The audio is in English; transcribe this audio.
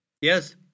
Yes